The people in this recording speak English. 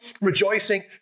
rejoicing